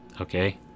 okay